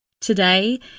Today